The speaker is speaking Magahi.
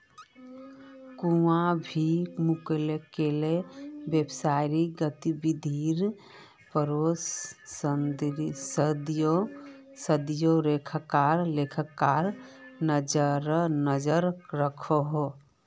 कोए भी मुल्केर व्यवसायिक गतिविधिर पोर संदी लेखाकार नज़र रखोह